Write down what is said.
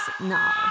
now